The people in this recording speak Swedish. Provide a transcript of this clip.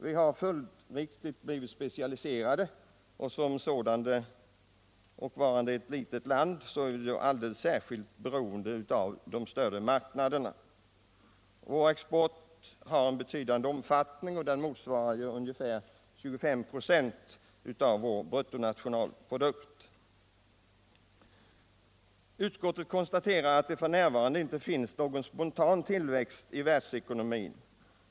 Vi har följdriktigt blivit specialiserade, och såsom varande ett litet land blir vi alldeles särskilt beroende av de större marknaderna. Vår export har också betydande omfattning; den motsvarar ungefär 25 96 av vår bruttonationalprodukt. Utskottet konstaterar att det f.n. inte finns någon spontan tillväxt i världsekonomin.